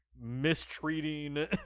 mistreating